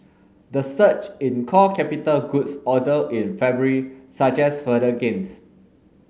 the surge in core capital goods order in February suggests further gains